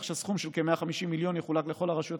כך שהסכום של כ-150 מיליון יחולק לכל הרשויות